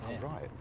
Right